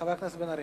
חבר הכנסת בן-ארי.